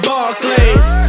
Barclays